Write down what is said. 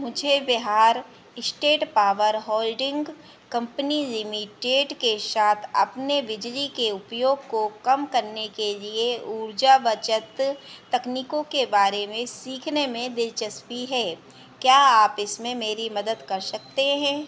मुझे Bihar state power holding company limited के साथ अपने बिजली के उपयोग को कम करने के लिए ऊर्जा बचत तकनीकों के बारे में सीखने में दिलचस्पी है क्या आप इसमें मेरी मदद कर सकते हें